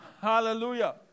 Hallelujah